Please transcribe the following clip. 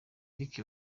eric